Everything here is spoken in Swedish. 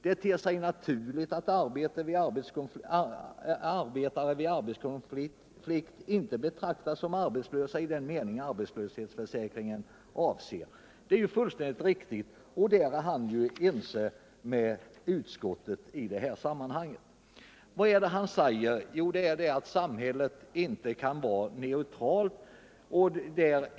Det ter sig naturligt att arbetare vid arbetskonflikt inte betraktas som arbetslösa i den mening arbetslöshetsförsäkringen avser.” Det är fullständigt riktigt, och på den punkten är han ense med utskottsmajoriteten. Vad är det han säger? Jo, att samhället inte kan vara neutralt.